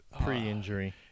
pre-injury